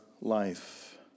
life